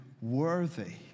worthy